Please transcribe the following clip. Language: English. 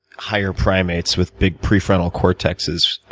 higher primates with big prefrontal cortexes,